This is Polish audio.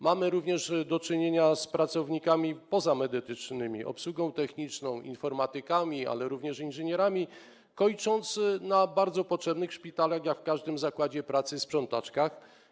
Mamy również do czynienia z pracownikami pozamedycznymi: obsługą techniczną, informatykami, ale również z inżynierami, kończąc na bardzo potrzebnych w szpitalach, jak w każdym zakładzie pracy, sprzątaczkach.